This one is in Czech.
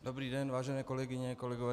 Dobrý den, vážené kolegyně, kolegové.